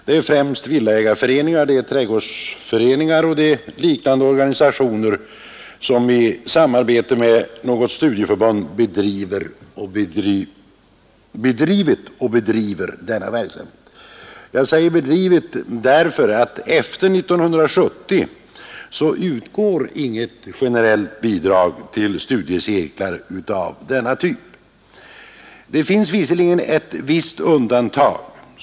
Det är främst villaägarföreningar, trädgårdsföreningar och liknande organisationer, som i samarbete med något studieförbund bedrivit och bedriver denna verksamhet. Jag säger ”bedrivit” därför att hösten sedan 1970 utgår inget generellt bidrag till studiecirklar av denna typ. Det finns visserligen ett undantag.